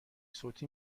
صوتی